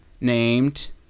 named